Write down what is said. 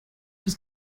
das